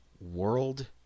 World